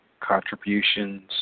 contributions